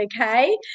okay